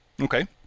Okay